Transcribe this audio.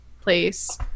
place